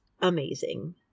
amazing